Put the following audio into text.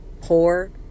poor